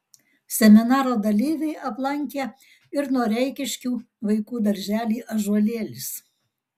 seminaro dalyviai aplankė ir noreikiškių vaikų darželį ąžuolėlis